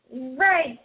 Right